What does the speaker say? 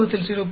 5 0